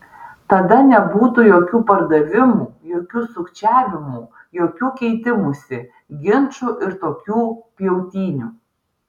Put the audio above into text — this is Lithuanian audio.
tada nebūtų jokių pardavimų jokių sukčiavimų jokių keitimųsi ginčų ir tokių pjautynių